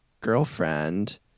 girlfriend